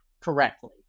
correctly